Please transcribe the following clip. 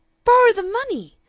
borrow the money!